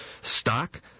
stock